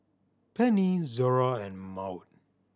Pennie Zora and Maud